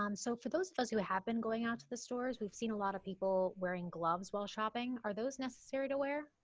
um so for those of us who have been going out to the stores, we've seen a lot of people wearing gloves while shopping. are those necessary to wear?